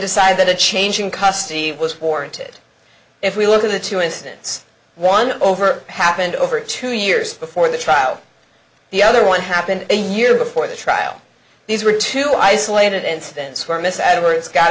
decide that a change in custody was warranted if we look at the two incidents one over happened over two years before the trial the other one happened a year before the trial these were two isolated incidents where m